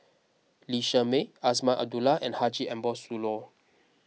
Lee Shermay Azman Abdullah and Haji Ambo Sooloh